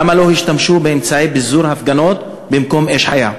למה לא השתמשו באמצעי פיזור הפגנות במקום באש חיה?